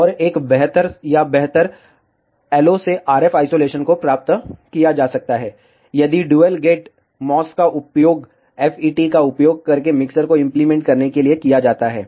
और एक बेहतर या बेहतर LO से RF आइसोलेशन को प्राप्त किया जा सकता है यदि ड्यूल गेट MOS का उपयोग FET का उपयोग करके मिक्सर को इम्प्लीमेंट करने के लिए किया जाता है